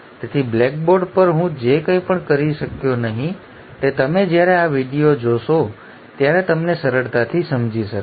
તેથી બ્લેકબોર્ડ પર હું જે કંઈ પણ કરી શક્યો નહીં તે તમે જ્યારે આ ખાસ વિડિઓ જોશો ત્યારે તમને સરળતાથી સમજી શકાશે